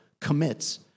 commits